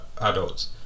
adults